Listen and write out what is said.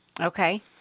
Okay